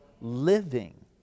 living